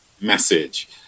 message